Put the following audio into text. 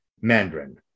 Mandarin